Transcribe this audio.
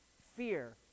fear